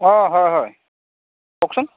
অঁ হয় হয় কওকচোন